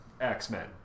X-Men